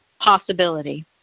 possibility